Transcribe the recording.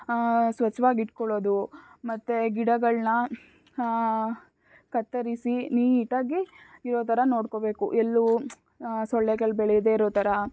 ಸ್ವಚ್ಛವಾಗಿ ಇಡ್ಕೊಳ್ಳೋದು ಮತ್ತೆ ಗಿಡಗಳನ್ನ ಕತ್ತರಿಸಿ ನೀಟಾಗಿ ಇರೋ ಥರ ನೋಡ್ಕೋಬೇಕು ಎಲ್ಲೂ ಸೊಳ್ಳೆಗಳು ಬೆಳೀದೆ ಇರೋ ಥರ